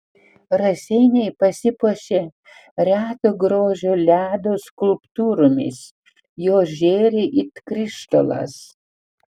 raseiniai pasipuošė reto grožio ledo skulptūromis jos žėri it krištolas